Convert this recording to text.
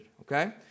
Okay